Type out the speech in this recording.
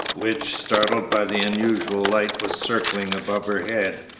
which, startled by the unusual light, was circling above her head.